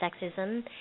sexism